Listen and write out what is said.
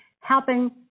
helping